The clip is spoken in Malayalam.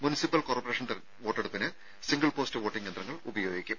മുനിസിപ്പൽ കോർപ്പറേഷൻ വോട്ടെടുപ്പിന് സിംഗിൾ പോസ്റ്റ് വോട്ടിംഗ് യന്ത്രങ്ങൾ ഉപയോഗിക്കും